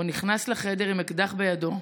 הוא נכנס לחדר עם אקדח בידו.